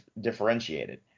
differentiated